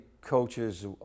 coaches